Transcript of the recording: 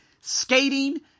skating